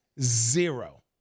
Zero